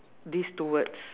these two words